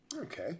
Okay